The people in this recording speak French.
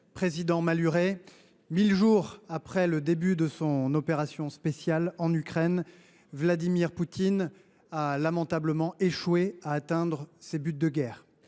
président Malhuret, mille jours après le début de son opération spéciale en Ukraine, Vladimir Poutine a lamentablement échoué à atteindre ses buts de guerre.